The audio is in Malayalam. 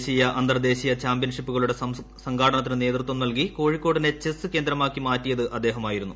ദേശീയ അന്തർദേശീയ ചാംപ്യൻഷിപ്പുകളുടെ സംഘാടനത്തിന് നേതൃത്വം നല്കി കോഴിക്കോടിനെ ചെസ്സ് കേന്ദ്രമാക്കി മാറ്റിയത് അദ്ദേഹമായിരുന്നു